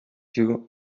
you